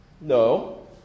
No